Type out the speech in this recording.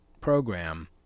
program